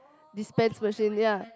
dispense machine ya